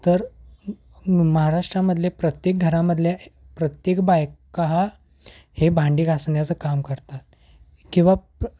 तर महाराष्ट्रामधले प्रत्येक घरामधल्या प्रत्येक बायका ह हे भांडी घासण्याचं काम करतात किंवा प्र